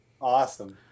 Awesome